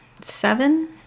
seven